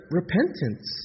repentance